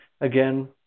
again